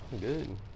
Good